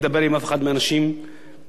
בלי לשקול, בלי להתייעץ.